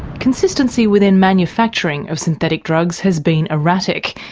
consistency within manufacturing of synthetic drugs has been erratic.